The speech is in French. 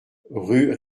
rue